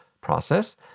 process